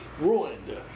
ruined